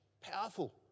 Powerful